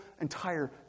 entire